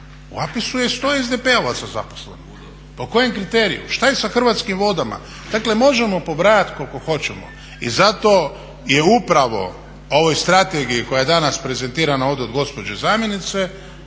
APIS-u je 100 SDP-ovaca zaposleno, po kojem kriteriju, šta je sa Hrvatskim vodama? Dakle, možemo pobrajati koliko hoćemo. I zato je upravo ovoj strategiji koja je danas prezentirana ovdje od gospođe zamjenice